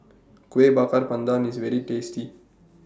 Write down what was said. Kuih Bakar Pandan IS very tasty